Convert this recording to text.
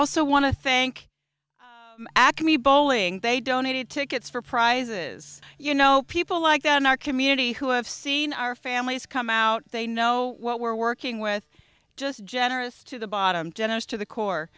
also want to thank acme bowling they donated tickets for prizes you know people like that in our community who have seen our families come out they know what we're working with just generous to the bottom generous to the core